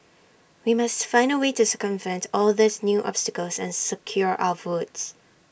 we must find A way to circumvent all these new obstacles and secure our votes